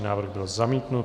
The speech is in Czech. Návrh byl zamítnut.